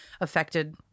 affected